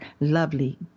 lovely